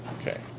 Okay